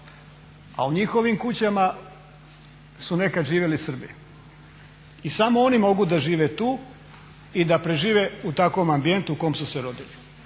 A u njihovim kućama su nekad živjeli Srbi. I samo oni mogu da žive tu i da prežive u takvom ambijentu u kom su se rodili.